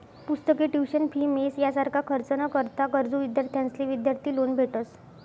पुस्तके, tuition fee, mess यासारखा खर्च ना करता गरजू विद्यार्थ्यांसले विद्यार्थी लोन भेटस